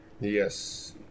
Yes